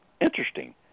interesting